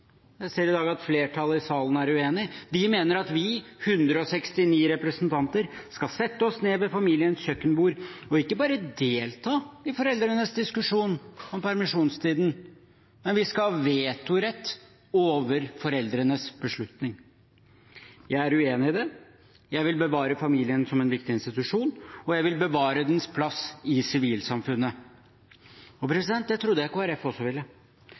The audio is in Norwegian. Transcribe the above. Jeg ser i dag at flertallet i salen er uenig. De mener at vi, 169 representanter, skal sette oss ned ved familiens kjøkkenbord og ikke bare delta i foreldrenes diskusjon om permisjonstiden – vi skal ha vetorett over foreldrenes beslutning. Jeg er uenig i det. Jeg vil bevare familien som en viktig institusjon, og jeg vil bevare dens plass i sivilsamfunnet. Det trodde jeg Kristelig Folkeparti også ville.